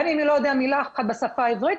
גם אם הוא לא יודע מילה אחת בשפה העברית,